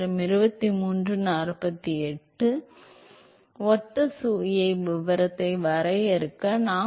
எனவே ஒத்த சுயவிவரத்தை வரையறுக்க நாம் ஒரு